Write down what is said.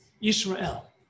Israel